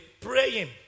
praying